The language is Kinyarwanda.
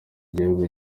gihugu